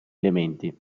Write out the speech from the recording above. elementi